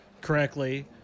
correctly